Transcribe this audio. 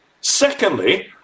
Secondly